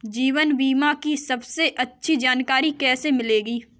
जीवन बीमा की सबसे अच्छी जानकारी कैसे मिलेगी?